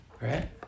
Right